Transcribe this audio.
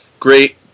great